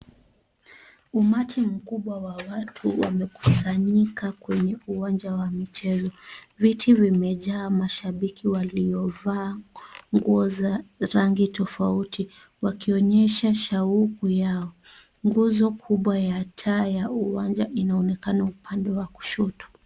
Umati mkubwa wa watu wamekusanyika kwenye uwanja wa michezo, viti vimejaa mashabiki waliovaa nguo za rangi tofauti wakionyesha shauku yao. Nguzo kubwa ya taa ya uwanja inaonekana upande wa kushoto.